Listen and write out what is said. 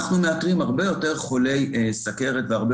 אנחנו מאתרים הרבה יותר חולי סוכרת והרבה